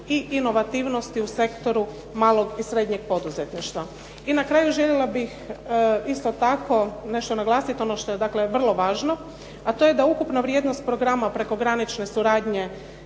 i inovativnosti u sektoru malog i srednjeg poduzetništva. I na kraju želila bih nešto naglasiti, ono što je isto tako vrlo važno, a to je da ukupna vrijednost programa prekogranične suradnje